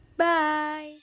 Bye